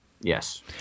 Yes